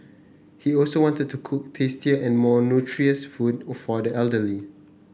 he also wanted to cook tastier and more nutritious food for the elderly